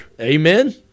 Amen